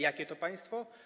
Jakie to państwo?